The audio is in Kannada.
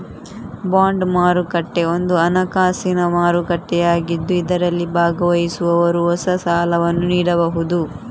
ಬಾಂಡ್ ಮಾರುಕಟ್ಟೆ ಒಂದು ಹಣಕಾಸಿನ ಮಾರುಕಟ್ಟೆಯಾಗಿದ್ದು ಇದರಲ್ಲಿ ಭಾಗವಹಿಸುವವರು ಹೊಸ ಸಾಲವನ್ನು ನೀಡಬಹುದು